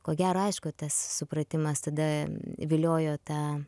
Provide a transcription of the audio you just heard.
ko gero aišku tas supratimas tada viliojo ta